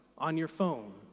on your phone,